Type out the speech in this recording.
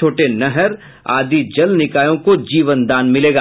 छोटे नहर आदि जलनिकायों को जीवनदान मिलेगा